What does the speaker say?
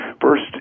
First